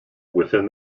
within